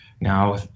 now